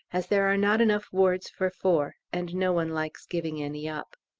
as there are not enough wards for four, and no one likes giving any up.